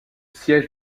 siège